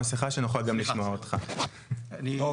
-- לא,